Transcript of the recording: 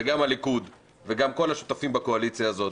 גם הליכוד וגם כל השותפים בקואליציה הזאת,